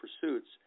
pursuits